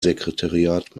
sekretariat